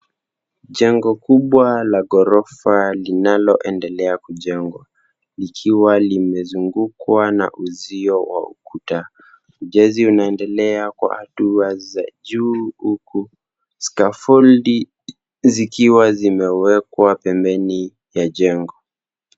Jengo kubwa la ghorofa linaloendelea kujengwa, likiwa limezungukwa na uzio wa ukuta. Ujenzi unaendelea kwa hatua za juu huku, scaffold zikiwa zimewekwa pembeni ya jengo.